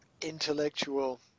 intellectual